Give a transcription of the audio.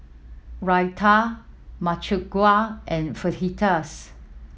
Raita Makchang Gui and Fajitas